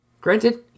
Granted